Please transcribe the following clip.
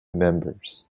members